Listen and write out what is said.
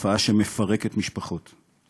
תופעה שמפרקת משפחות.